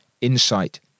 insight